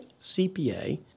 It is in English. CPA